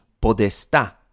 podesta